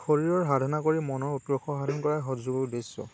শৰীৰৰ সাধনা কৰি মনৰ উৎকৰ্ষ সাধন কৰাই সৎযোগৰ উদ্দেশ্য